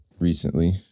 Recently